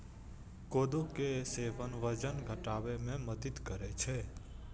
कोदो के सेवन वजन घटाबै मे मदति करै छै